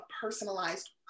personalized